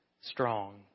strong